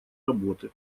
работы